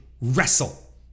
wrestle